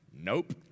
nope